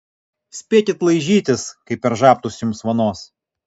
spėkit laižytis kai per žabtus jums vanos